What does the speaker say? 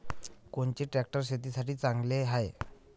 कोनचे ट्रॅक्टर शेतीसाठी चांगले हाये?